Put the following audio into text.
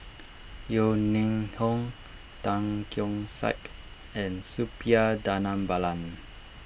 Yeo Ning Hong Tan Keong Saik and Suppiah Dhanabalan